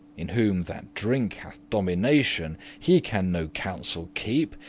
in whom that drink hath domination, he can no counsel keep,